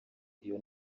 iyo